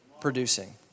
producing